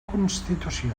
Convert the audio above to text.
constitució